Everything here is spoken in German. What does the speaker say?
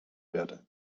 werde